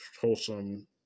wholesome